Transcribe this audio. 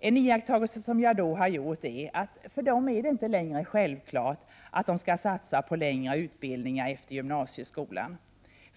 En iakttagelse som jag då har gjort är att det för dem inte längre är självklart att de skall satsa på längre utbildningar efter gymnasieskolan.